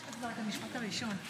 יש כבר את המשפט הראשון.